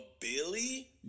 billy